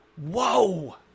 Whoa